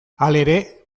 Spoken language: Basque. halere